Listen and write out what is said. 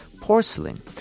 Porcelain